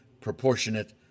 proportionate